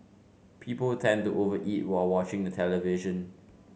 people tend to over eat while watching the television